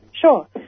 Sure